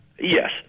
Yes